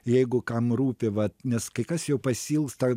jeigu kam rūpi vat nes kai kas jo pasiilgsta